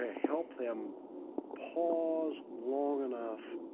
help them pause long enough